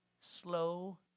slow